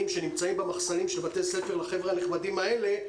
שנמצאים במחסנים של בתי הספר לחבר'ה הנחמדים האלה,